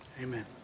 Amen